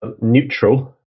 Neutral